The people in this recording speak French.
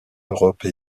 europe